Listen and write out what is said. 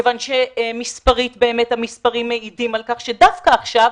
מכיוון שהמספרים מעידים על כך שדווקא עכשיו,